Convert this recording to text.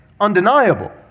undeniable